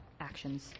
actions